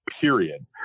period